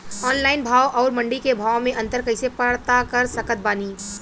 Online भाव आउर मंडी के भाव मे अंतर कैसे पता कर सकत बानी?